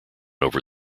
over